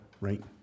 right